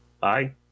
Bye